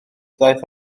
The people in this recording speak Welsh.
ddaeth